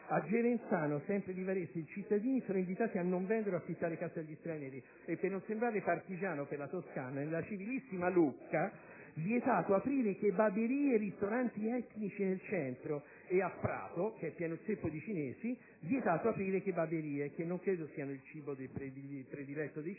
A Gerenzano (Varese): i cittadini sono invitati a non vendere o affittare casa agli stranieri. Per non sembrare partigiano, parlo anche della Toscana. Nella civilissima Lucca: vietato aprire "kebaberie" e ristoranti etnici in centro. A Prato, che è pieno zeppo di cinesi: vietato aprire "kebaberie", che non credo vendano il cibo prediletto dai cinesi,